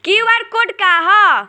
QR code का ह?